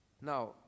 Now